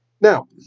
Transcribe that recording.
Now